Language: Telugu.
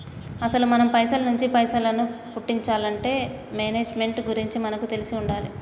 అసలు మనం పైసల నుంచి పైసలను పుట్టించాలంటే మేనేజ్మెంట్ గురించి మనకు తెలిసి ఉండాలి